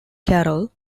carroll